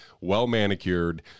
well-manicured